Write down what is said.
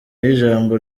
y’ijambo